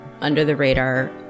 under-the-radar